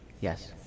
Yes